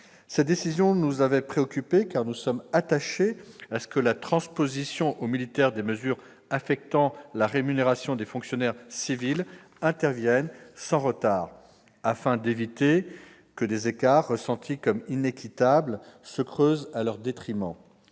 Cette décision nous avait préoccupés. En effet, nous sommes attachés à ce que la transposition en faveur des militaires des mesures affectant la rémunération des fonctionnaires civils soit assurée sans retard, afin d'éviter que des écarts, ressentis comme inéquitables, ne se creusent au détriment